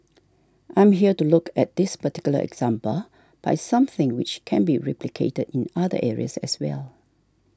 I'm here to look at this particular example but it's something which can be replicated in other areas as well